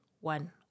one